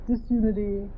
disunity